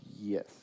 Yes